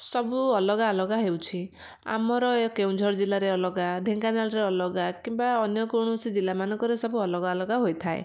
ସବୁ ଅଲଗା ଅଲଗା ହେଉଛି ଆମର ଏ କେଉଁଝର ଜିଲ୍ଲାରେ ଅଲଗା ଢେଙ୍କାନାଳରେ ଅଲଗା କିମ୍ବା ଅନ୍ୟ କୌଣସି ଜିଲ୍ଲାମାନଙ୍କରେ ସବୁ ଅଲଗା ଅଲଗା ହୋଇଥାଏ